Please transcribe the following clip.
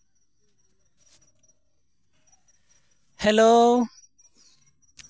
hello